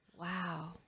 wow